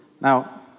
Now